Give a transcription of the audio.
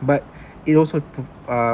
but it also uh